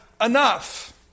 enough